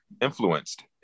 influenced